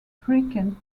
frequent